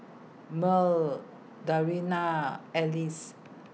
Mearl Dariana Alice